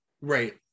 Right